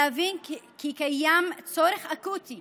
להבין כי קיים צורך אקוטי